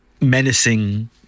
menacing